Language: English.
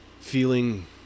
feeling